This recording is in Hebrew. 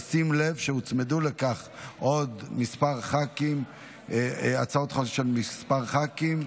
ושים לב שהוצמדו לכך עוד כמה הצעות של כמה ח"כים,